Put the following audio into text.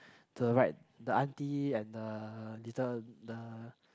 to the right the auntie and the little the